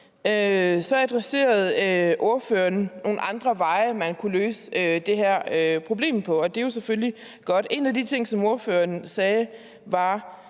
Så adresserede ordføreren nogle andre veje, man kunne løse det her problem på, og det er jo selvfølgelig godt. En af de ting, som ordføreren sagde, var,